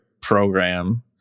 program